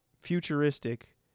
futuristic